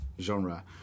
genre